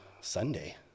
Sunday